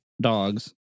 dogs